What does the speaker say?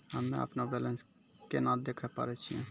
हम्मे अपनो बैलेंस केना देखे पारे छियै?